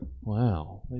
Wow